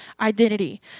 identity